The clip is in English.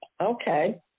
Okay